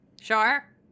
Sure